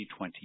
2020